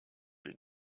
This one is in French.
les